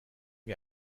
wir